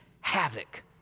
havoc